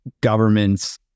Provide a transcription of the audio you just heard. governments